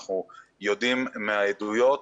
אנחנו יודעים מהעדויות,